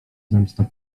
zemsta